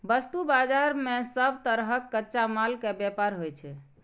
वस्तु बाजार मे सब तरहक कच्चा माल के व्यापार होइ छै